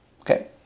okay